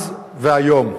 אז והיום.